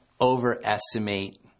overestimate